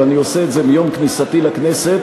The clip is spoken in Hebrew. ואני עושה את זה מיום כניסתי לכנסת,